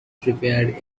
prepared